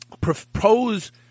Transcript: propose